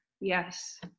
Yes